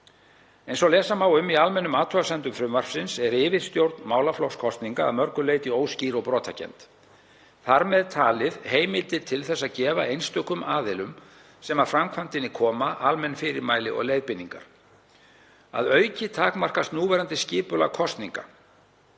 Eins og lesa má um í almennum athugasemdum frumvarpsins er yfirstjórn málaflokks kosninga að mörgu leyti óskýr og brotakennd, þar með talið heimildir til að gefa einstökum aðilum sem að framkvæmdinni koma almenn fyrirmæli og leiðbeiningar. Að auki takmarkast núverandi skipulag kosninga